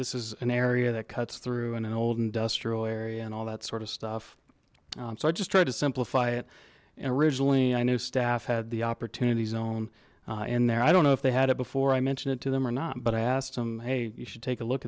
this is an area that cuts through in an old industrial area and all that sort of stuff so i just tried to simplify it and originally i knew staff had the opportunity zone in there i don't know if they had it before i mentioned it to them or not but i asked him hey you should take a look